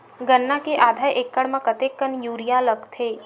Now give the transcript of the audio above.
गन्ना के आधा एकड़ म कतेकन यूरिया लगथे?